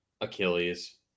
Achilles